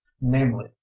namely